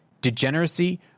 degeneracy